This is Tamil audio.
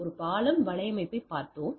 ஒரு பாலம் வலையமைப்பைப் பார்த்தோம்